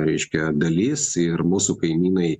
reiškia dalis ir mūsų kaimynai